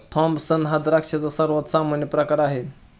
Thompson हा द्राक्षांचा सर्वात सामान्य प्रकार आहे